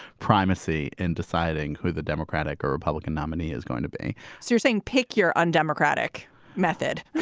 primacy in deciding who the democratic or republican nominee is going to be. so you're saying pick your undemocratic method,